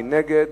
מי נגד?